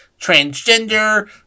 transgender